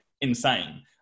insane